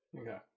Okay